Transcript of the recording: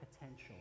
potential